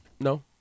No